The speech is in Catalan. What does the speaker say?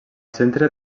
centre